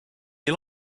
you